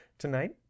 tonight